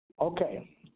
Okay